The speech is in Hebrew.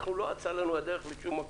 לא אצה לנו הדרך לשום מקום,